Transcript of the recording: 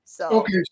Okay